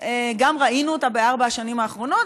גם ראינו אותה בארבע השנים האחרונות,